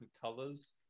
colors